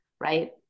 right